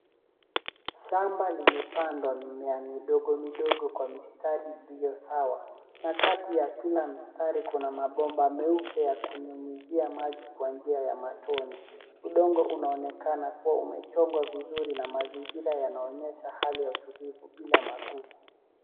Shamba limepandwa mimea midogo midogo kwa mistari iliyo sawa. Na kati ya kila mstari kuna mabomba meupe ya kunyunyuzia maji kwa njia ya matone. Udongo unaonekana kuwa umechongwa vizuri na mazingira yanaonyesha hali ya utulivu bila magugu.